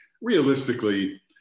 realistically